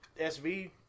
SV